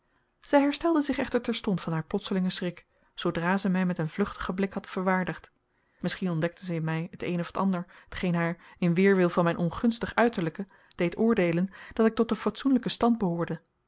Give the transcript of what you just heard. zij herstelde zich echter terstond van haar plotselingen schrik zoodra zij mij met een vluchtigen blik had verwaardigd misschien ontdekte zij in mij t een of t ander t geen haar in weerwil van mijn ongunstig uiterlijke deed oordeelen dat ik tot den fatsoenlijken stand behoorde